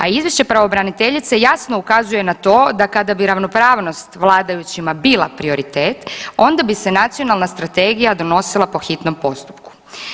A izvješće pravobraniteljice jasno ukazuje na to da kada bi ravnopravnost vladajućima bila prioritet onda bi se nacionalna strategija donosila po hitnom postupku.